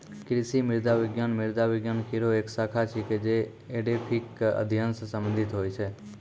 कृषि मृदा विज्ञान मृदा विज्ञान केरो एक शाखा छिकै, जे एडेफिक क अध्ययन सें संबंधित होय छै